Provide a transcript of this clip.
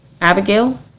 Abigail